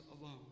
alone